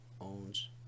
owns